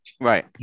Right